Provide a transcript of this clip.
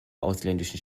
ausländischen